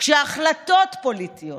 כשההחלטות פוליטיות,